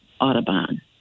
Audubon